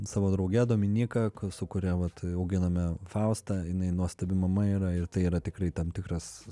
savo drauge dominyka su kuria vat auginame faustą jinai nuostabi mama yra ir tai yra tikrai tam tikras